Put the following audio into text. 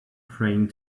praying